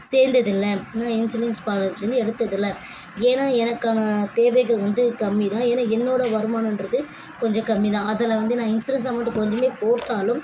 சேர்ந்தது இல்லை நான் இன்சூரன்ஸ் பாலிசி வந்து எடுத்தது இல்லை ஏன்னா எனக்கான தேவைகள் வந்து கம்மி தான் ஏன்னா என்னோடய வருமானம்ன்றது கொஞ்சம் கம்மி தான் அதில் வந்து நான் இன்சூரன்ஸ் அமௌண்ட் கொஞ்சமே போட்டாலும்